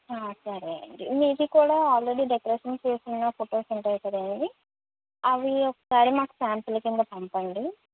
ఆ సరే అండి మీది కూడా ఆల్రెడీ డెకరేషన్ చేసిన ఫోటోస్ ఉంటాయి కదండి అవి ఒక్కసారి మాకు సాంపుల్ కింద పంపండి